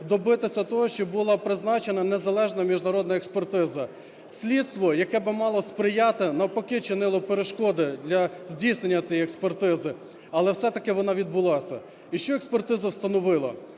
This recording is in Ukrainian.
добитися того, що була призначена незалежна міжнародна експертиза. Слідство, яке би мало сприяти, навпаки, чинило перешкоди для здійснення цієї експертизи. Але все-таки воно відбулося. І що експертиза встановила?